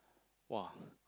!wah!